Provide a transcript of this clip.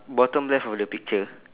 bottom left of the picture